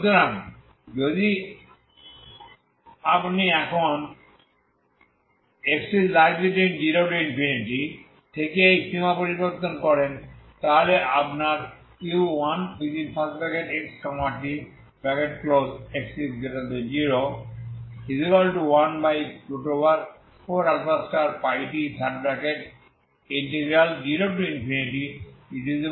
সুতরাং যদি আপনি এখন 0x∞থেকে এই সীমা পরিবর্তন করেন তাহলে আপনার u1xt